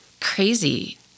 crazy